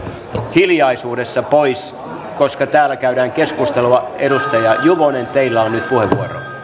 hiljaisuudessa koska täällä käydään keskustelua edustaja juvonen teillä on nyt